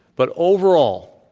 but overall,